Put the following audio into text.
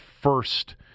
first